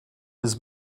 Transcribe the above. his